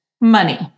money